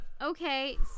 Okay